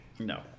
No